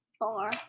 Four